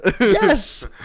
yes